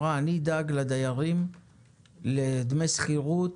אמרה: אני אדאג לדיירים לדמי שכירות